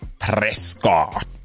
Prescott